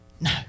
No